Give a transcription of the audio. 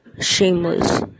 Shameless